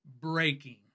breaking